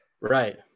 right